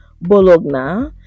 Bologna